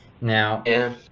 Now